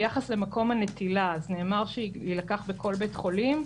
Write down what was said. ביחס למקום הנטילה, נאמר שיילקח בכל בית חולים,